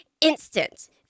instant